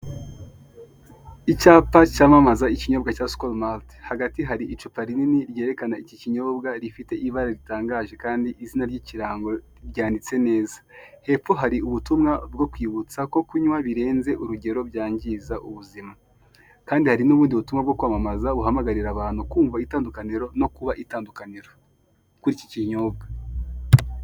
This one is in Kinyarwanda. Icyapa cyamamaza ikinyobwa cya SKOL MALT hagati hari icupa rinini ryerekana iki kinyobwa rifite ibara ritangaje kandi izina ry'ikirango ryanditse neza, hepfo hari ubutumwa bwo kwibutsa ko kunywa birenze urugero byangiza ubuzima kandi hari n'ubundi butumwa bwo kwamamaza buhamagarira abantu kumva itandukaniro no kuba itandukaniro kuri iki kinyobwa.